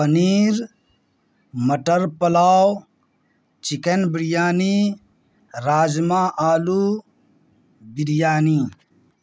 پنیر مٹر پلاؤ چکن بریانی راجما آلو بریانی